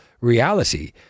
reality